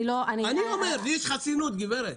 אני לא --- אני אומר לי יש חסינות, גברת,